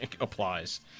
applies